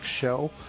Show